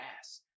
ass